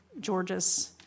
Georgia's